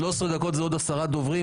יש לי 13 דקות ועוד עשרה דוברים.